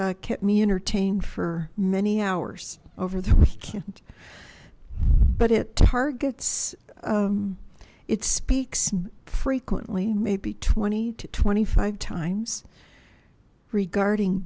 it kept me entertained for many hours over the weekend but it targets it speaks frequently maybe twenty to twenty five times regarding